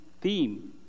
theme